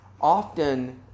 often